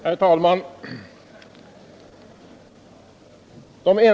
Herr talman!